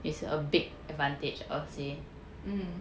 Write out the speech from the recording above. mm